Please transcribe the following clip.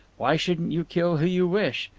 why shouldn't you kill who you wish?